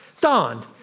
Don